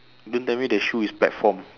don't tell me the shoe is platform